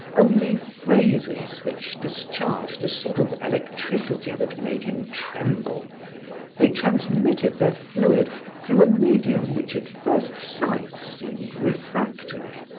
only phrases which discharged a sort of electricity that made him tremble they transmitted their fluid through a medium which at first sight seemed refractory.